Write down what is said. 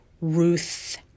Ruth